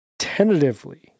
Tentatively